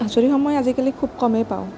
আজৰি সময় আজিকালি খুব কমেই পাওঁ